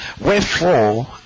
Wherefore